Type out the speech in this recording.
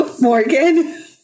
Morgan